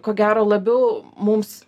ko gero labiau mums